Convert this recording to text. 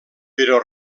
però